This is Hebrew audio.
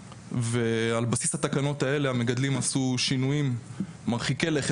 ועל בסיס התקנות האלה המגדלים עשו שינויים מרחיקי לכת.